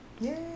yay